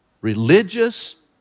religious